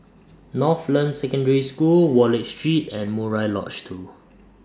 Northland Secondary School Wallich Street and Murai Lodge two